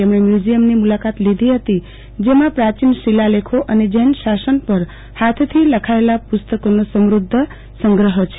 તેમણે મ્યુઝીયમની પણ મુલાકાત લીધી ફતી જેમાં પ્રાચીન શીલાલેખો અને જૈન શાસન પર ફાથથી લખાયેલા પુસ્તકોનો સમૃધ્ધ સંગ્રહ્ છે